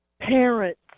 parents